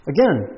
Again